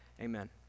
amen